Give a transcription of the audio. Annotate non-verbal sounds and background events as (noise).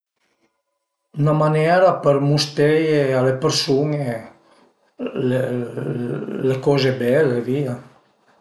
Üna manera për musteie a le persun-e (hesitation) le coze bele via